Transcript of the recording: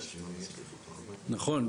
נכון.